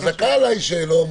סליחה שי